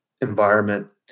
environment